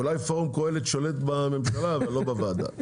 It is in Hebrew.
אולי פורום קהלת שולט בממשלה, אבל לא בוועדה.